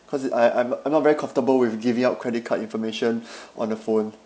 cause it I I'm I'm not very comfortable with giving out credit card information on the phone